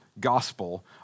gospel